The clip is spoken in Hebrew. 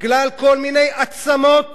בגלל כל מיני עצמות